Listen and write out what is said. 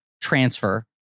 transfer